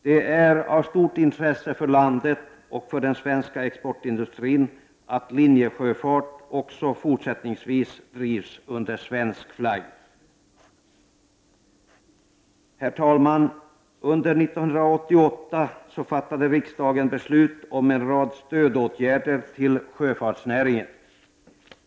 Det är av stort intresse för landet och för den svenska exportindustrin att linjesjöfart också fortsättningsvis drivs under svensk flagg. Herr talman! Under 1988 fattade riksdagen beslut om en rad stödåtgärder till sjöfartsnäringen.